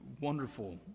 wonderful